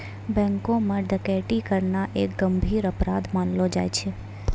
बैंको म डकैती करना एक गंभीर अपराध मानलो जाय छै